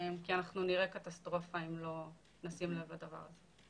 כי אנחנו נראה קטסטרופה אם לא נשים לב לדבר הזה.